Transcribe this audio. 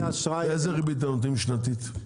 איזה ריבית שנתית אתם נותנים בממוצע?